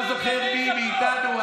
אני לא זוכר מי מאיתנו,